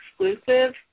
exclusive